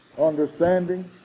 understanding